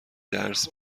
درس